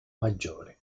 maggiore